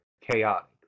chaotic